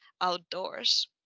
outdoors